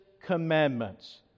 commandments